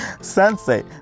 Sensei